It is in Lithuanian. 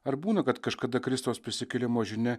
ar būna kad kažkada kristaus prisikėlimo žinia